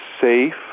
safe